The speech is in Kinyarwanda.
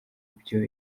byo